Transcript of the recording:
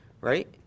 right